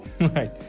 Right